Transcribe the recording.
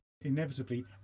inevitably